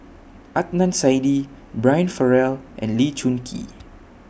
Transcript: Adnan Saidi Brian Farrell and Lee Choon Kee